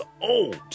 old